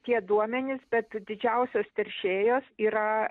tie duomenys bet didžiausios teršėjos yra